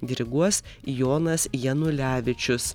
diriguos jonas janulevičius